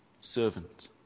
servant